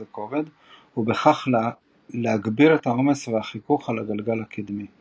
הכובד ובכך להגביר את העומס והחיכוך על הגלגל הקדמי .